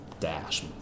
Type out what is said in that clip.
dash